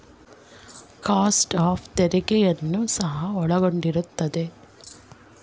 cost of ತೆರಿಗೆಯನ್ನು ಸಹ ಒಳಗೊಂಡಿರುತ್ತದೆ